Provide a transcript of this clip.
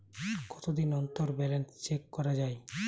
কতদিন অন্তর balance check করা য়ায়?